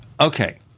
okay